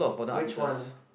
which one